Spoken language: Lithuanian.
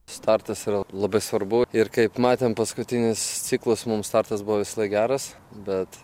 startas yra labai svarbu ir kaip matėm paskutinis ciklas mums startas buvo visąlaik geras bet